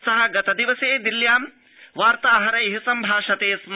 स गतदिवसे दिल्ल्यां वार्ताहरै सम्भाषते स्म